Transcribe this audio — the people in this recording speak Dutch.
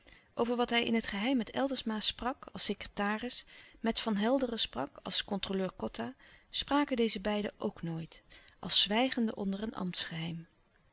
over wat hij in het geheim met eldersma sprak als secretaris met van helderen sprak als controleur kotta spraken deze beiden ook nooit als zwijgende onder een